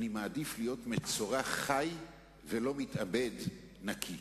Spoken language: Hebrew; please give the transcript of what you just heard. אני מעדיף להיות מצורע חי ולא מתאבד נקי.